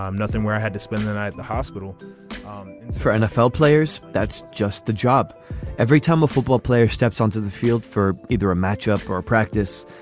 um nothing where i had to spend the night at the hospital four nfl players. that's just the job every time a football player steps onto the field for either a match up for a practice.